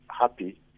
happy